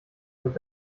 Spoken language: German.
mit